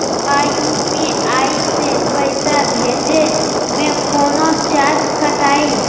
का यू.पी.आई से पैसा भेजे में कौनो चार्ज कटतई?